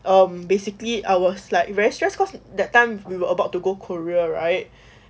um basically I was like very stress cause that time we were about to go korea right